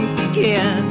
skin